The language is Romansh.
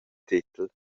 tetel